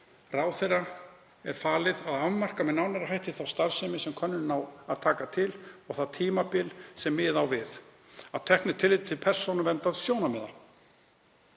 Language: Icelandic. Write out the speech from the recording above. Ráðherra er falið að afmarka með nánari hætti þá starfsemi sem könnunin á að taka til og það tímabil sem miða á við, að teknu tilliti til persónuverndarsjónarmiða.